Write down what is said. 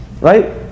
Right